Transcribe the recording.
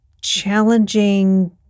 challenging